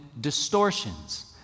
distortions